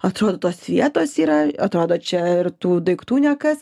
atrodo tos vietos yra atrodo čia ir tų daiktų ne kas